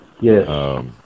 Yes